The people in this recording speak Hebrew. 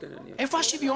איפה הושויון פתאום?